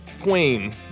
Queen